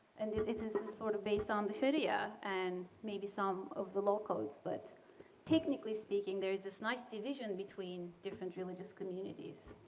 and this is sort of based on the sharia and maybe some of the law codes. but technically speaking, there is this nice division between different religious communities,